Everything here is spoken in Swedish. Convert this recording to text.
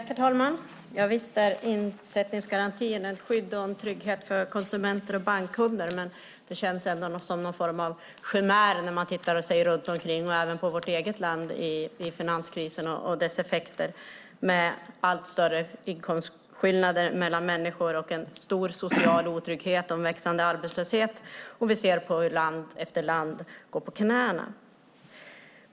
Herr talman! Ja, visst är insättningsgarantin ett skydd och en trygghet för konsumenter och bankkunder. Det känns ändå som en form av chimär när man ser sig omkring och ser hur det är även i vårt land med tanke på finanskrisen och dess effekter - allt större inkomstskillnader bland människor samt en stor social otrygghet och en växande arbetslöshet. Vi ser hur land efter land går på knäna.